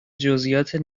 جزییات